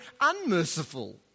unmerciful